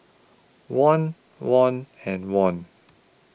Won Won and Won